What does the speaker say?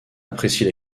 apprécie